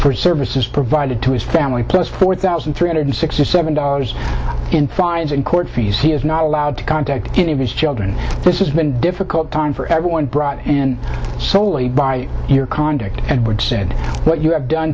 for services provided to his family plus four thousand three hundred sixty seven dollars in fines and court fees he is not allowed to contact any of his children this is been difficult time for everyone brought and soley by your conduct and would send what you have done